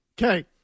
Okay